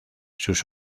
sus